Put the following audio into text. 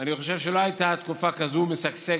אני חושב שלא הייתה תקופה כזאת משגשגת